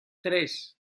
tres